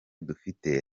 dufite